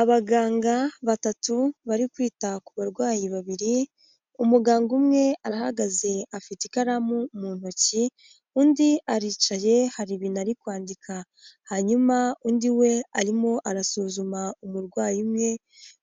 Abaganga batatu bari kwita ku barwayi babiri, umuganga umwe arahagaze afite ikaramu mu ntoki undi aricaye hari ibintu ari kwandika hanyuma undi we arimo arasuzuma umurwayi umwe